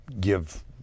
give